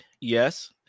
Yes